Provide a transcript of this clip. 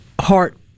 heart